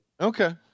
Okay